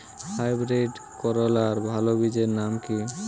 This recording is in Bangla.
হাইব্রিড করলার ভালো বীজের নাম কি?